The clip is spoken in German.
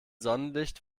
sonnenlicht